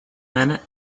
minute